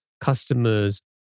customers